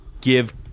give